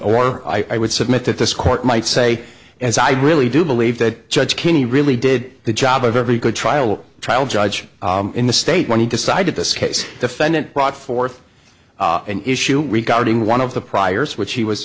or i would submit that this court might say as i really do believe that judge kinney really did the job of every good trial trial judge in the state when he decided this case defendant brought forth an issue regarding one of the priors which he was